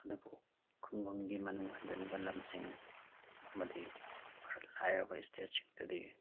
ꯑꯗꯨꯕꯨ ꯈꯨꯡꯒꯪꯒꯤ ꯃꯅꯨꯡ ꯍꯟꯖꯤꯟꯕ ꯂꯝꯁꯤꯡ ꯑꯃꯗꯤ ꯈꯔ ꯂꯥꯏꯔꯕ ꯏꯁꯇꯦꯠꯁꯤꯡꯗꯗꯤ